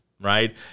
right